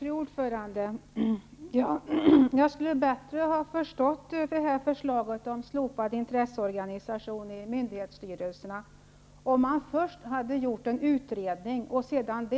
Fru talman! Jag skulle ha förstått förslaget om slopad intresserepresentation i myndighetsstyrelserna bättre om man först hade gjort en utredning och sedan